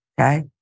okay